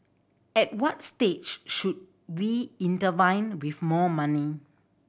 at what stage should we intervene with more money